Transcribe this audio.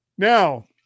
Now